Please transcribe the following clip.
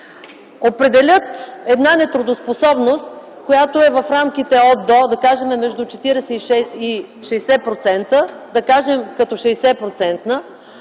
определят една нетрудоспособност, която е в рамките „от – до”, да кажем между 46 и 60%, да кажем като